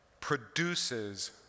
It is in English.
produces